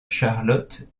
charlotte